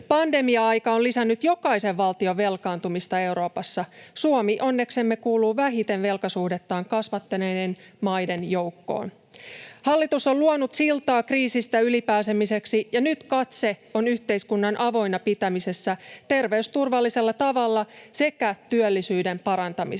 Pandemia-aika on lisännyt jokaisen valtion velkaantumista Euroopassa. Suomi onneksemme kuuluu vähiten velkasuhdettaan kasvattaneiden maiden joukkoon. Hallitus on luonut siltaa kriisistä yli pääsemiseksi, ja nyt katse on yhteiskunnan avoinna pitämisessä terveysturvallisella tavalla sekä työllisyyden parantamisessa.